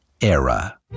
era